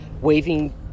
waving